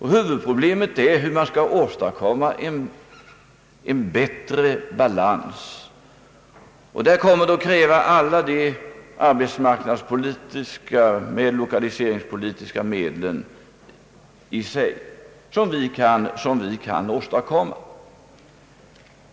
Huvudproblemet är hur man skall åstadkomma en bättre balans, Där kommer att krävas alla de arbetsmarknadspolitiska och lokaliseringspolitiska medel som vi kan åstadkomma.